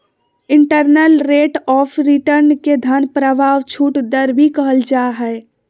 internal rate of return के धन प्रवाह छूट दर भी कहल जा हय